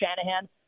Shanahan